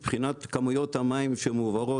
מבחינת כמויות המים שמעוברות,